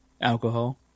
Alcohol